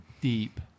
deep